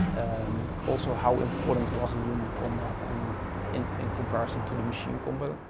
um also, how important was the human combat and in in comparison to the machine combat,